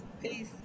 Peace